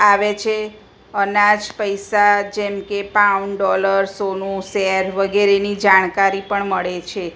આવે છે અનાજ પૈસા જેમકે પાઉન્ડ ડોલર સોનું શેર વગેરે એની જાણકારી પણ મળે છે